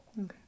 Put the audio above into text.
okay